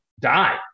Die